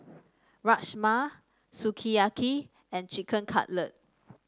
Rajma Sukiyaki and Chicken Cutlet